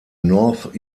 north